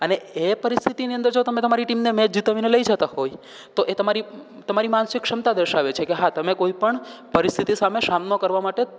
અને એ પરિસ્થિતિની અંદર જો તમે તમારી ટીમને મેચ જિતાવીને લઈ જતા હોય તો એ તમારી તમારી માનસિક ક્ષમતા દર્શાવે છે કે હા તમે કોઈ પણ પરિસ્થિતિ સામે સામનો કરવા માટે